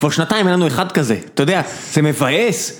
כבר שנתיים אין לנו אחד כזה, אתה יודע, זה מבאס.